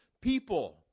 people